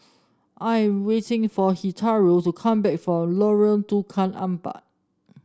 I am waiting for Hilario to come back from Lorong Tukang Empat